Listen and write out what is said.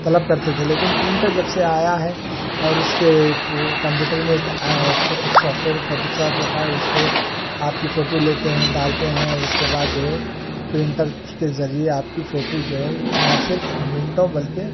طلب کرتے تھے لیکن پرنٹر جب سے آیا ہے اور اس کے کمپیوٹر میں ایک ایپ ایک سافٹ ویئر فوٹو شاپ ہوتا ہے اس پہ آپ کی فوٹو لیتے ہیں ڈالتے ہیں اور اس کے بعد جو ہے پرنٹر کے ذریعے آپ کی فوٹو جو ہے نہ صرف منٹوں بلکہ